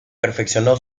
perfeccionó